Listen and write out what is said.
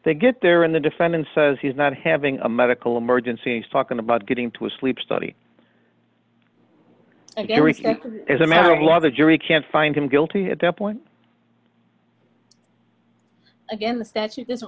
they get there in the defendant's says he's not having a medical emergency he's talking about getting to a sleep study again as a matter of law the jury can't find him guilty at that point again that doesn't